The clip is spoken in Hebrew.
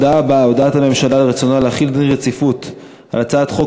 הודעת הממשלה על רצונה להחיל דין רציפות על הצעת חוק